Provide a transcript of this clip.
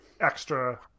extra